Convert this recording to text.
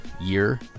year